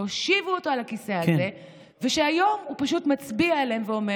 שהושיבו אותו על הכיסא הזה ושהיום הוא פשוט מצביע עליהם ואומר: